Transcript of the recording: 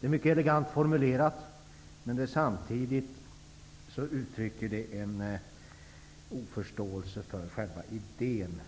Det är mycket elegant formulerat, men samtidigt uttrycker det en oförståelse för själva idén